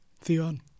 Theon